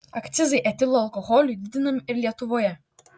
akcizai etilo alkoholiui didinami ir lietuvoje